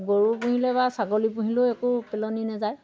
গৰু পুহিলে বা ছাগলী পুহিলেও একো পেলনি নেযায়